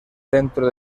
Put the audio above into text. centro